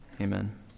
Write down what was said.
Amen